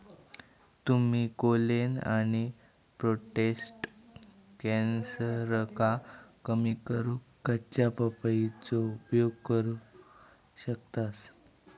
तुम्ही कोलेन आणि प्रोटेस्ट कॅन्सरका कमी करूक कच्च्या पपयेचो उपयोग करू शकतास